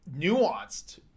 nuanced